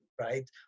right